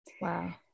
Wow